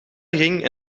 ging